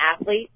athlete